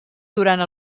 durant